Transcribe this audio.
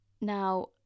Now